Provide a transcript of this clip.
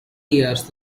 years